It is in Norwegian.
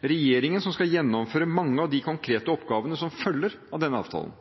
regjeringen som skal gjennomføre mange av de konkrete oppgavene som følger av denne avtalen.